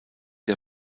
der